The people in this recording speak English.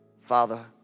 Father